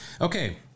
Okay